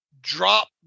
drop